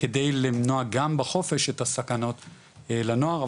כדי למנוע גם בחופש את הסכנות לנוער,